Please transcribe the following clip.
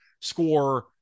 score